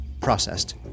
processed